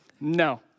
No